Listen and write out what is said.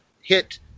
hit